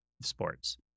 sports